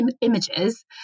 images